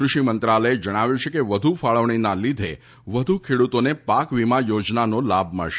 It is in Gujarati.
કૃષિ મંત્રાલયે જણાવ્યું છે કે વધુ ફાળવણીના લીધે વધુ ખેડૂતોને પાક વીમા યોજનાનો લાભ મળશે